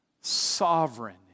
sovereign